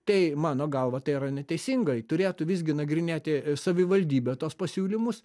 tai mano galva tai yra neteisingai turėtų visgi nagrinėti savivaldybė tuos pasiūlymus